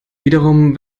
wiederum